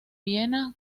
viena